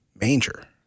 manger